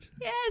Yes